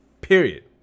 Period